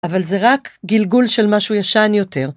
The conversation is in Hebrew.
אבל זה רק גלגול של משהו ישן יותר.